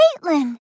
Caitlin